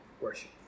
worship